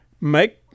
make